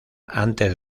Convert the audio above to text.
antes